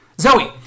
Zoe